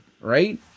right